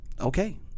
okay